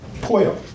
Poio